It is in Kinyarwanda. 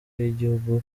y’igihugu